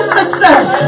success